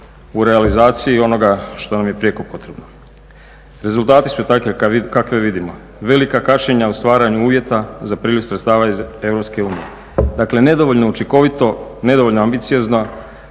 u realizaciji onoga što nam je prijeko potrebno. Rezultati su takvi kakve vidimo. Velika kašnjenja u stvaranju uvjeta za priljev sredstava iz Europske unije. Dakle, nedovoljno učinkovito, nedovoljno ambiciozno,